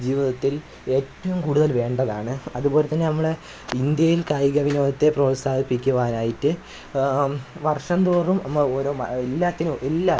ജീവിതത്തിൽ ഏറ്റവും കൂടുതൽ വേണ്ടതാണ് അതുപോലെത്തന്നെ നമ്മളുടെ ഇന്ത്യയിൽ കായിക വിനോദത്തെ പ്രോത്സാഹിപ്പിക്കുവാനായിട്ട് വർഷന്തോറും എന്നാൽ ഓരോ മ എല്ലാറ്റിനും എല്ലാ